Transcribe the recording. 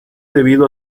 debido